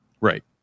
Right